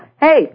hey